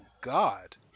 God